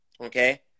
okay